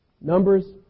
numbers